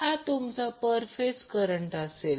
हा तुमचा per phase current असेल